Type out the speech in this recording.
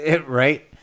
Right